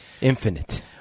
Infinite